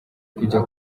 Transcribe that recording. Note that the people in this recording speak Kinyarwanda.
kujya